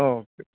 okay